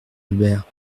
albert